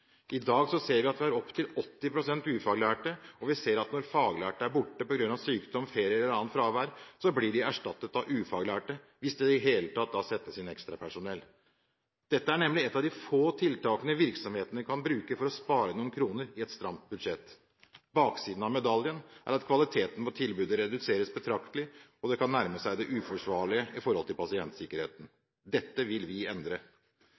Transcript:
I dag ser vi at vi har opptil 80 pst. ufaglærte, og vi ser at når faglærte er borte på grunn av sykdom, ferie eller annet fravær, blir de erstattet av ufaglærte, hvis det i det hele tatt settes inn ekstrapersonell. Dette er nemlig et av de få tiltakene virksomhetene kan bruke for å spare noen kroner i et stramt budsjett. Baksiden av medaljen er at kvaliteten på tilbudet reduseres betraktelig, og det kan nærme seg det uforsvarlige i forhold til pasientsikkerheten. Dette vil vi endre.